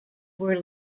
were